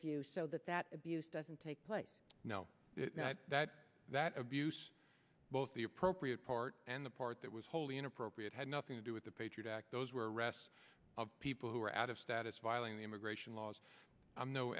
view so that that abuse doesn't take place now that that abuse both the appropriate part and the part that was wholly inappropriate had nothing to do with the patriot act those were arrests of people who were out of status violating the immigration laws i'm no